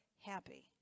happy